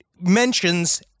mentions